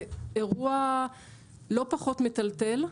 זה אירוע לא פחות מטלטל: